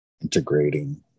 integrating